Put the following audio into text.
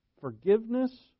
forgiveness